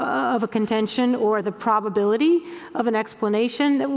of a contention or the probability of an explanation, and